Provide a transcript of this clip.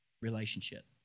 Relationship